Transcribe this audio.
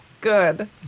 Good